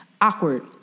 awkward